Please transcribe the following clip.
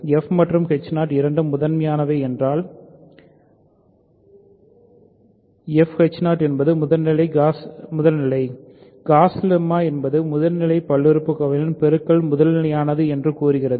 F மற்றும் இரண்டும் முதல்நிலை வை என்றால் fh 0 என்பது முதல்நிலை காஸ் லெம்மா என்பது முதல்நிலை பல்லுறுப்புக்கோவைகளின் பெருக்கல் முதல்நிலையானது என்று கூறுகிறது